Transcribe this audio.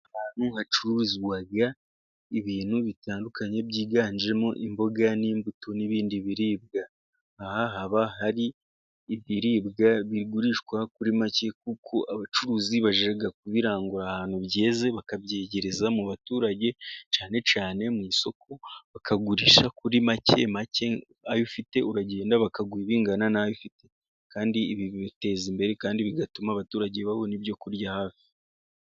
Ahantu hacururizwa ibintu bitandukanye ,byiganjemo imboga n'imbuto n'ibindi biribwa. Aha haba hari ibiribwa bigurishwa kuri make kuko abacuruzi bajya kubirangura ahantu byeze bakabyegereza mu baturage cyane cyane mu isoko bakagurisha kuri make make .Ayo ufite ,uragenda bakaguha ibingana n'ayo ufite ,kandi ibi biteza imbere kandi bigatuma abaturage babona ibyo kurya hafi.